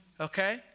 okay